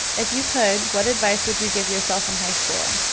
if you could, what advice would you give yourself in high school?